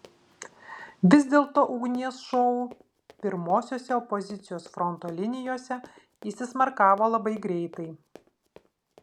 vis dėlto ugnies šou pirmosiose opozicijos fronto linijose įsismarkavo labai greitai